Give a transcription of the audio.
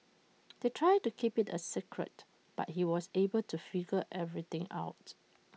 they tried to keep IT A secret but he was able to figure everything out